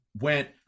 went